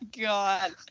God